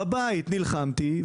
בבית נלחמתי,